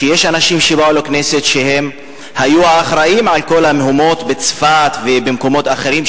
שבאו לכנסת אנשים שהיו אחראים לכל המהומות בצפת ובמקומות אחרים,